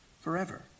forever